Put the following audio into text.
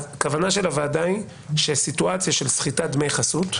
הכוונה של הוועדה היא שסיטואציה של סחיטת דמי חסות,